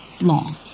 Long